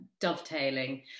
dovetailing